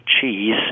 cheese